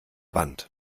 wand